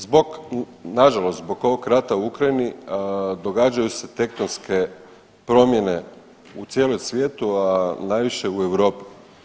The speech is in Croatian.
Zbog, nažalost zbog ovog rata u Ukrajini događaju se tektonske promjene u cijelom svijetu, a najviše u Europi.